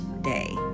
day